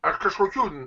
aš kažkokių